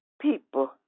people